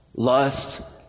Lust